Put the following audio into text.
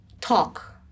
talk